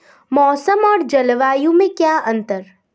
मौसम और जलवायु में क्या अंतर?